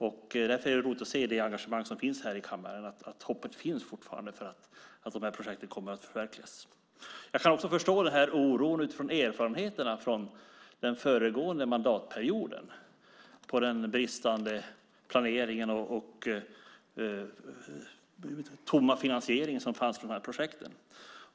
Därför är det roligt att se det engagemang som finns här i kammaren. Hoppet finns fortfarande för att de här projekten kommer att förverkligas. Jag kan förstå oron av erfarenheterna från den föregående mandatperioden, med den bristande planering och tomma finansiering som fanns för de här projekten.